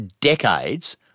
decades